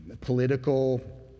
political